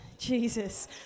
Jesus